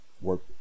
work